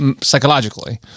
psychologically